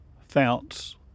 founts